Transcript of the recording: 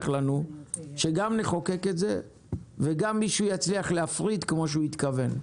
לנו שגם נחוקק את זה וגם מישהו יצליח להפריט כמו שהוא התכוון.